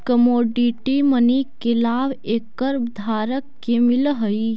commodity money के लाभ एकर धारक के मिलऽ हई